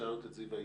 זיוה איגר,